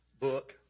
book